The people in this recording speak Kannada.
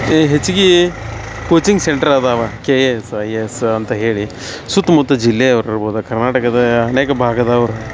ಈ ಹೆಚ್ಗೆ ಕೋಚಿಂಗ್ ಸೆಂಟ್ರ್ ಅದಾವೆ K A S I A S ಅಂತ ಹೇಳಿ ಸುತ್ಮುತ್ತು ಜಿಲ್ಲೆಯವ್ರು ಇರ್ಬೋದು ಕರ್ನಾಟಕದ ಅನೇಕ ಭಾಗದವ್ರು